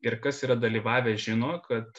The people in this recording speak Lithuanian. ir kas yra dalyvavę žino kad